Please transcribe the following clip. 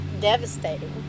devastating